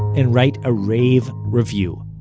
and write a rave review.